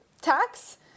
tax